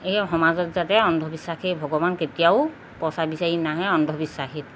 এই সমাজত যাতে অন্ধবিশ্বাসে ভগৱান কেতিয়াও পইচা বিচাৰি নাহে অন্ধবিশ্বাসীত